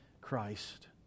Christ